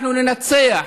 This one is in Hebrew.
אנחנו ננצח